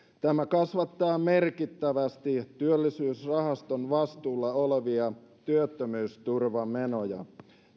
tämä kasvattaa merkittävästi työllisyysrahaston vastuulla olevia työttömyysturvamenoja